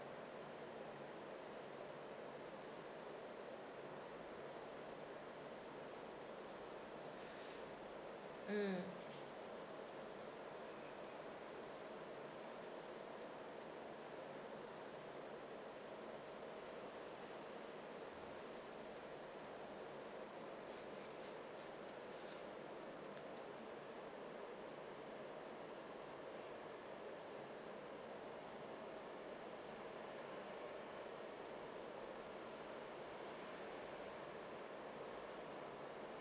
mm